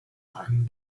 einen